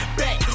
back